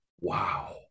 wow